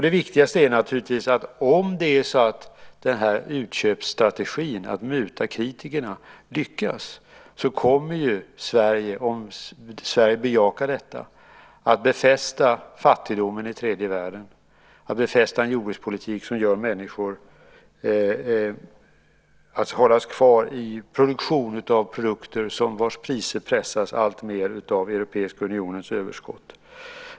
Det viktigaste är naturligtvis att om Sverige bejakar utköpsstrategin, att muta kritikerna, och om den lyckas så kommer Sverige att befästa fattigdomen i tredje världen och att befästa en jordbrukspolitik som gör att människor hålls kvar i produktion av produkter vars priser pressas alltmer av Europeiska unionens överskott.